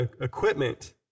equipment